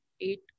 eight